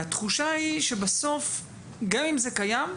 התחושה שהיא שבסוף גם אם זה קיים,